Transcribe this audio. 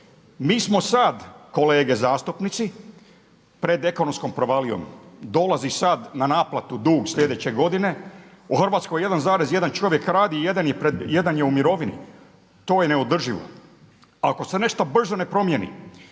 Mi smo sad kolege zastupnici pred ekonomskom provalijom. Dolazi sad na naplatu dug sljedeće godine. U Hrvatskoj 1,1 čovjek radi, jedan je u mirovini. To je neodrživo. Ako se nešto brzo ne promijeni,